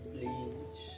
Please